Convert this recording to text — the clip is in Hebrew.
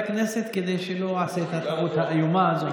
הכנסת כדי שלא אעשה את הטעות האיומה הזאת.